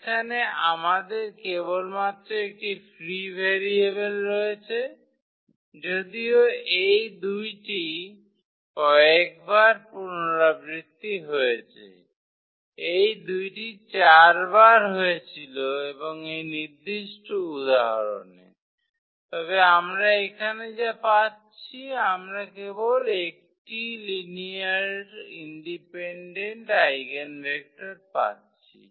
এখানে আমাদের কেবলমাত্র একটি ফ্রি ভেরিয়েবল রয়েছে যদিও এই দুইটি কয়েকবার পুনরাবৃত্তি হয়েছে এই 2 টি চারবার হয়েছিল এই নির্দিষ্ট উদাহরণে তবে আমরা এখানে যা পাচ্ছি আমরা কেবল একটিই লিনিয়ার ইন্ডিপেন্ডেন্ট আইগেনভেক্টর পাচ্ছি